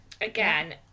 Again